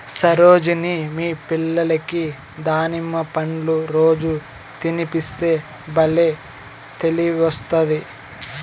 సరోజిని మీ పిల్లలకి దానిమ్మ పండ్లు రోజూ తినిపిస్తే బల్లే తెలివొస్తాది